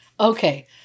Okay